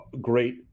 great